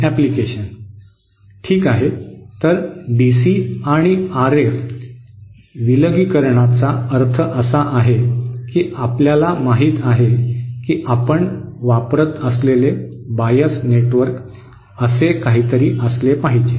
ठीक आहे तर डीसी आणि आरएफ विलगीकरणाचा अर्थ असा आहे की आपल्याला माहित आहे की आपण वापरत असलेले बायस नेटवर्क असे काहीतरी असले पाहिजे